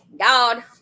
god